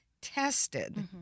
tested